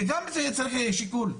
זה גם צריך שיקול.